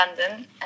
London